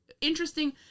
interesting